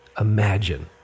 imagine